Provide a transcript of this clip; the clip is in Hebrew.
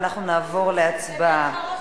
ואנחנו נעבור להצבעה.